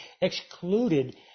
excluded